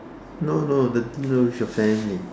no no the dinner with your family